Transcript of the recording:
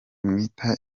mwita